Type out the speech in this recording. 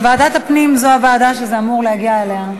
ועדת הפנים, זו הוועדה שזה אמור להגיע אליה.